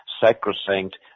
sacrosanct